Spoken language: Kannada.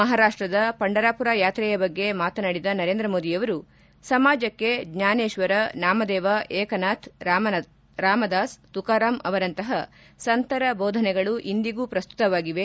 ಮಹಾರಾಷ್ಟದ ಫಂಡರಾಪುರ ಯಾತ್ರೆಯ ಬಗ್ಗೆ ಮಾತನಾಡಿದ ನರೇಂದ್ರ ಮೋದಿ ಅವರು ಸಮಾಜಕ್ಕೆ ಜ್ವಾನೇಶ್ವರ ನಾಮದೇವ ಏಕನಾಥ್ ರಾಮದಾಸ್ ತುಕಾರಾಮ್ ಅವರಂತಹ ಸಂತರ ಬೋಧನೆಗಳು ಇಂದಿಗೂ ಪ್ರಸ್ತುತವಾಗಿವೆ